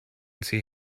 see